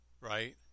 Right